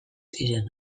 ziren